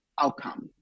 outcome